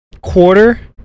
quarter